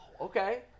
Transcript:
Okay